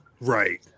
right